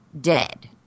dead